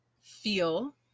feel